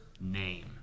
name